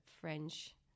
French